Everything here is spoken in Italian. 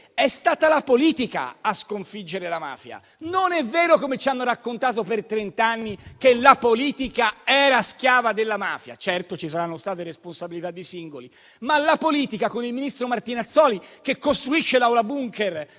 è stata la politica a sconfiggere la mafia; non è vero, come ci hanno raccontato per trent'anni, che la politica era schiava della mafia. Certo, ci saranno state responsabilità di singoli, ma è la politica, con il ministro Martinazzoli, che costruisce l'aula bunker